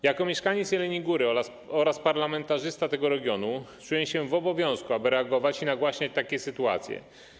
Jako mieszkaniec Jeleniej Góry oraz parlamentarzysta tego regionu czuję się w obowiązku, aby reagować i nagłaśniać takie sytuacje.